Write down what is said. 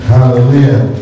Hallelujah